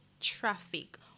traffic